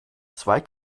zwei